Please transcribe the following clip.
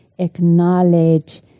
acknowledge